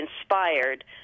inspired